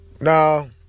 no